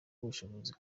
ubushobozi